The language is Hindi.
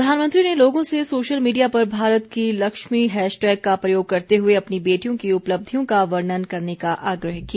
प्रधानमंत्री ने लोगों से सोशल मीडिया पर भारत की लक्ष्मी हैशटैग का प्रयोग करते हुए अपनी बेटियों की उपलब्धियों का वर्णन करने का आग्रह किया